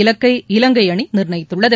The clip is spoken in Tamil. இலக்கை இலங்கை அணி நிர்ணயித்துள்ளது